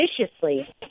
viciously